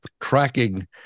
tracking